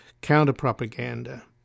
counter-propaganda